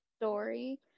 story